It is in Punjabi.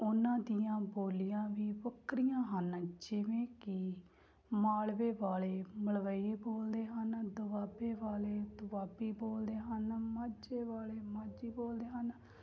ਉਹਨਾਂ ਦੀਆਂ ਬੋਲੀਆਂ ਵੀ ਵੱਖਰੀਆਂ ਹਨ ਜਿਵੇਂ ਕਿ ਮਾਲਵੇ ਵਾਲੇ ਮਲਵਈ ਬੋਲਦੇ ਹਨ ਦੁਆਬੇ ਵਾਲੇ ਦੁਆਬੀ ਬੋਲਦੇ ਹਨ ਮਾਝੇ ਵਾਲੇ ਮਾਝੀ ਬੋਲਦੇ ਹਨ